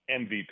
MVP